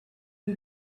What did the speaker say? who